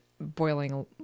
boiling